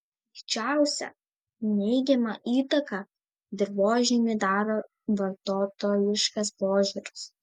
didžiausią neigiamą įtaką dirvožemiui daro vartotojiškas požiūris